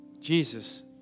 Jesus